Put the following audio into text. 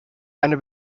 eine